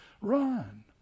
run